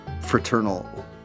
fraternal